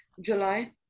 July